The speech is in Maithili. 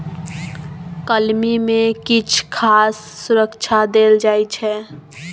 कलमी मे किछ खास सुरक्षा देल जाइ छै